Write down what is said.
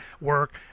work